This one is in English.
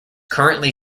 currently